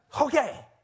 okay